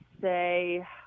say